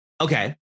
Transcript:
Okay